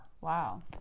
Wow